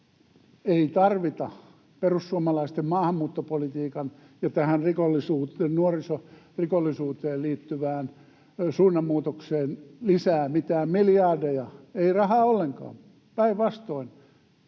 Ei tarvita perussuomalaisten maahanmuuttopolitiikkaan ja tähän nuorisorikollisuuteen liittyvään suunnanmuutokseen lisää mitään miljardeja, ei rahaa ollenkaan. Päinvastoin.